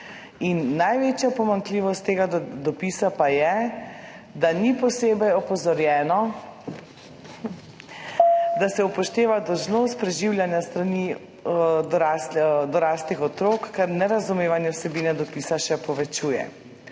Največja pomanjkljivost tega dopisa pa je, da ni posebej opozorjeno, da se upošteva dolžnost preživljanja s strani doraslih otrok, kar nerazumevanje vsebine dopisa še povečuje.